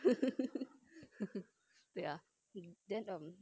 wait ah then um